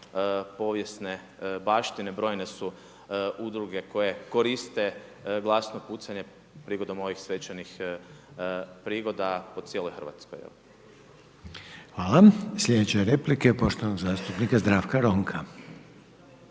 povijesne baštine. Brojne su udruge koje koriste glasno pucanje prigodom ovih svečanih prigoda po cijeloj Hrvatskoj. **Reiner, Željko (HDZ)** Hvala. Sljedeća replika je poštovanog zastupnika Zdravka Ronka.